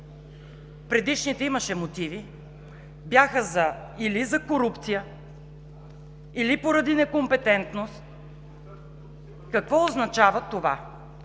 предишните имаше мотиви – или за корупция, или поради некомпетентност. Какво означава това?